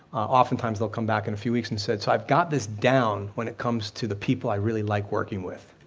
often times they'll come back in a few weeks and say so i've got this down when it comes to the people i really like working with,